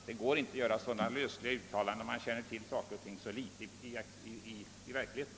Det går inte att göra sådan lösliga uttalanden när man inte känner till förhållandena.